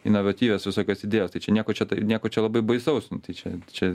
inovatyvios visokios idėjos tai čia nieko čia nieko čia labai baisaus čia čia